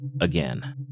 again